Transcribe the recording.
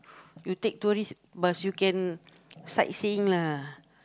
you take tourist bus you can sightseeing lah